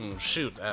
Shoot